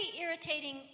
irritating